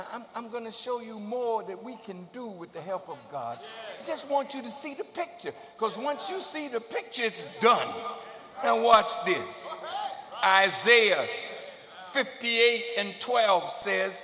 pain i'm going to show you more that we can do with the help of god just want you to see the picture because once you see the picture it's done and watch these guys say fifty eight and twelve says